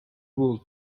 will